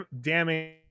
damning